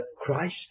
Christ